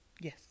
yes